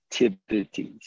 activities